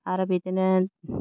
आरो बिदिनो